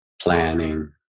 planning